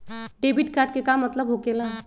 Debit card के का मतलब होकेला?